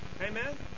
amen